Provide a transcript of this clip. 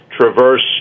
traverse